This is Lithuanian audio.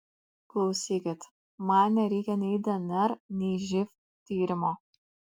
klausykit man nereikia nei dnr nei živ tyrimo